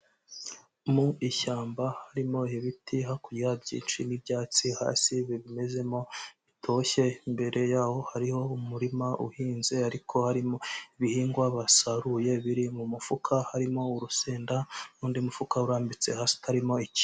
Mu ishyamba harimo ibiti hakurya byinshi n'ibyatsi hasi bimezemo bitoshye, imbere yaho hariho umurima uhinze, ariko harimo ibihingwa basaruye biri mu mufuka, harimo urusenda n'undi mufuka urambitse hasi utarimo ikintu.